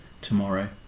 tomorrow